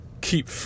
keep